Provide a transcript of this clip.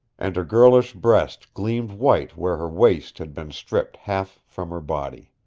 and her girlish breast gleamed white where her waist had been stripped half from her body.